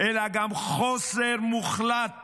אלא גם חוסר מוחלט